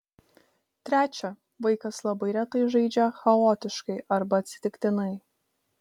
trečia vaikas labai retai žaidžia chaotiškai arba atsitiktinai